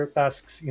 tasks